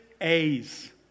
A's